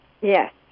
Yes